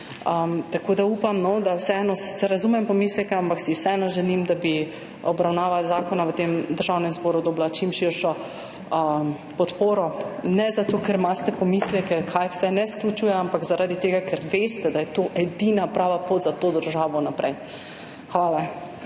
drugega ni. Sicer razumem pomisleke, ampak si vseeno želim, da bi obravnava zakona v Državnem zboru dobila čim širšo podporo, ne zato, ker imate pomisleke, kaj vse ne vključuje, ampak zaradi tega, ker veste, da je to edina prava pot za to državo naprej. Hvala.